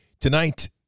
Tonight